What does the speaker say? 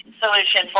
solution